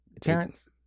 Terrence